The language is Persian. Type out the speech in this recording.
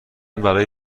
برای